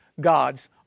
gods